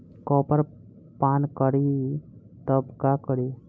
Copper पान करी तब का करी?